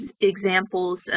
examples